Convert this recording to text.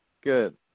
Good